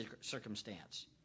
circumstance